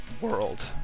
world